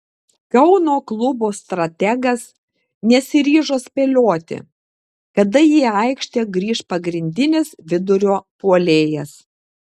kauno klubo strategas nesiryžo spėlioti kada į aikštę grįš pagrindinis vidurio puolėjas